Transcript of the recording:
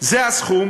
זה הסכום